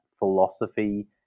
philosophy